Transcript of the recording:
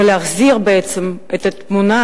ולהחזיר בעצם את התמונה